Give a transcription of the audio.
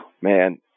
man